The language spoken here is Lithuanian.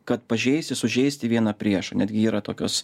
kad pažeisti sužeisti vieną priešą netgi yra tokios